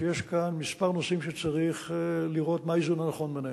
שיש כאן כמה נושאים שצריך לראות מה האיזון הנכון ביניהם.